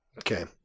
Okay